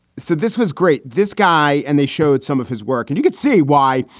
so this was great, this guy. and they showed some of his work and you could see why.